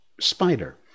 spider